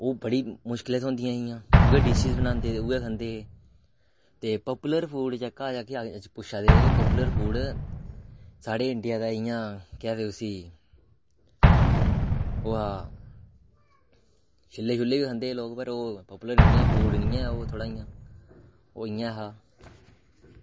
ओह् बड़ी मुश्कलें थ्होंदियां हियां उऐ डिशेस बनांदे हे उऐ खंदे हे ते पापुलर फूड जेह्का कि पुच्छा दे के पापुलर फूड साढ़े इंडियां दा इं'या केह् आक्खदे उस्सी ओह् हा छिल्ले छुल्ले बी खंदे हे लोक पर ओह् पापुलर निं ऐ फूड निं ऐ ओह् थोह्ड़ा इं'या ओह् इं'या हा